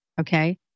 okay